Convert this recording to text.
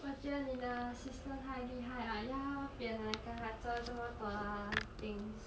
我觉得你的 sister 太厉害了要别人来跟她做这么多 things